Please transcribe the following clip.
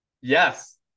Yes